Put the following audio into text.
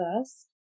first